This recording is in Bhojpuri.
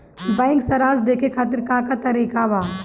बैंक सराश देखे खातिर का का तरीका बा?